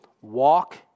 walk